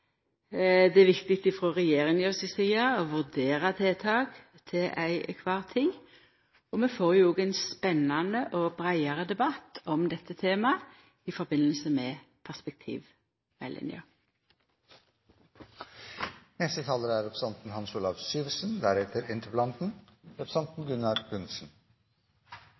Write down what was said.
Det er viktig frå regjeringa si side å vurdera tiltak til kvar tid, og vi får jo òg ein spennande og breiare debatt om dette temaet i samband med perspektivmeldinga. Jeg tillater meg å være litt uærbødig ved starten av innlegget. Jeg ble litt fascinert da representanten